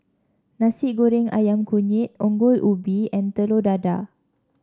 Nasi Goreng ayam kunyit Ongol Ubi and Telur Dadah